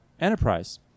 enterprise